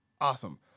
awesome